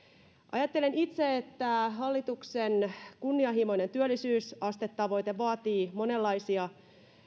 ajattelen itse että hallituksen kunnianhimoinen työllisyysastetavoite vaatii monenlaisia